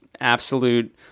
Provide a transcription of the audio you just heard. absolute